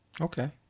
Okay